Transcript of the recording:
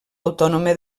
autònoma